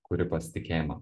kuri pasitikėjimą